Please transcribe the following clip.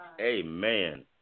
Amen